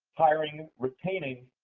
hiring, retaining,